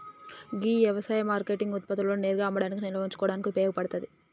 గీ యవసాయ మార్కేటింగ్ ఉత్పత్తులను నేరుగా అమ్మడానికి నిల్వ ఉంచుకోడానికి ఉపయోగ పడతాది